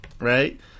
right